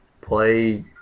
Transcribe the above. play